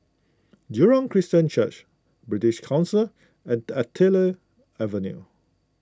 Jurong Christian Church British Council and Artillery Avenue